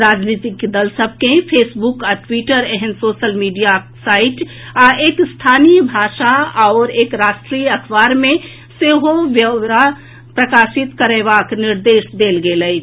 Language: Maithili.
राजनीतिक दल सभ के फेसबुक आ ट्विटर एहेन सोशल मीडिया साईट आ एक स्थानीय भाषा आओर आ एक राष्ट्रीय अखबार मे सेहो ई व्यौरा प्रकाशित करयबाक निर्देश देल गेल अछि